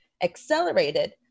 accelerated